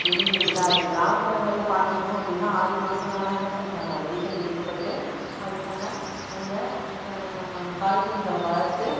இருந்துகிட்டு தான் இருக்கு கிராமப்புறங்களில் பார்த்தீங்க அப்படின்னா ஆடி மாதம் ஆனால் என்ன பண்ணுறாங்க விதைகள் விதைக்கப்பட்டு அதுக்கான அந்த காய்கறிகளை வளர்த்து